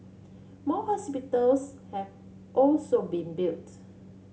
more hospitals have also been built